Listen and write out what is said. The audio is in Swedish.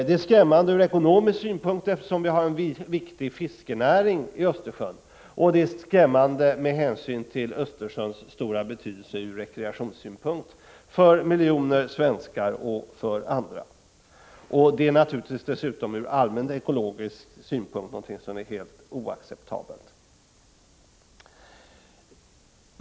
Det är skrämmande ur ekonomisk synpunkt, eftersom vi har en viktig fiskenäring i Östersjön. Det är skrämmande med hänsyn till Östersjöns stora betydelse ur rekreationssynpunkt för miljoner svenskar och andra. Det är naturligtvis dessutom ur allmän ekologisk synpunkt någonting helt oacceptabelt.